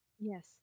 Yes